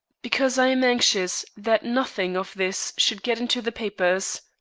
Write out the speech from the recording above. because i am anxious that nothing of this should get into the papers.